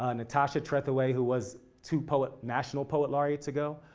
ah natasha trethewey who was two poet, national poet laureates ago.